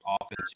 often